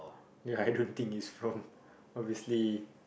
ya I don't think is from obviously